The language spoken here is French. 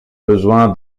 besoin